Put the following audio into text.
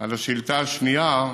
על השאילתה השנייה,